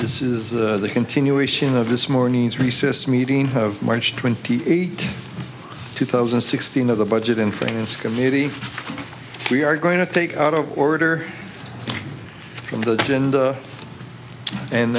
this is the continuation of this morning's recess meeting of march twenty eighth two thousand and sixteen of the budget in finance committee we are going to take out of order from the end and